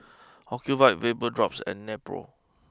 Ocuvite Vapodrops and Nepro